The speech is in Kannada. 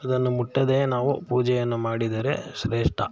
ಅದನ್ನು ಮುಟ್ಟದೆಯೇ ನಾವು ಪೂಜೆಯನ್ನು ಮಾಡಿದರೆ ಶ್ರೇಷ್ಠ